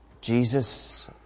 Jesus